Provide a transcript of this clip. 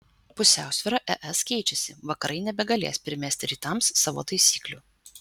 pusiausvyra es keičiasi vakarai nebegalės primesti rytams savo taisyklių